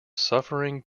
suffering